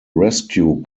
rescue